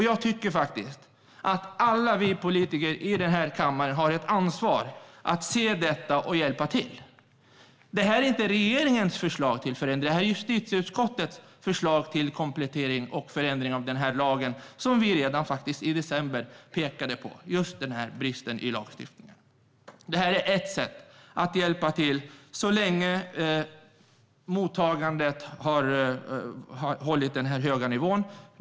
Jag tycker faktiskt att alla vi politiker i kammaren har ett ansvar att se detta och hjälpa till. Det är inte regeringens förslag till förändring. Det är justitieutskottets förslag till komplettering och förändring av lagen och där vi redan i december pekade på bristen i lagstiftningen. Det är ett sätt att hjälpa till så länge mottagandet har hållit den här höga nivån.